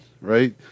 right